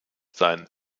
sein